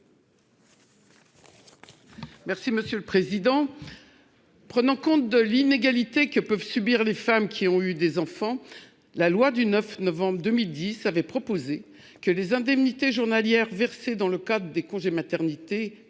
l'amendement n° 3414. Prenant en compte l'inégalité que peuvent subir les femmes qui ont eu des enfants, la loi du 9 novembre 2010 avait prévu que les indemnités journalières versées dans le cadre des congés maternité